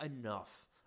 enough